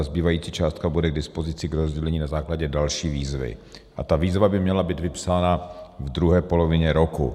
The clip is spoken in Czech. Zbývající částka bude k dispozici k rozdělení na základě další výzvy a ta výzva by měla být vypsána v druhé polovině roku.